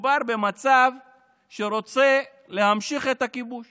מדובר במצב שרוצה להמשיך את הכיבוש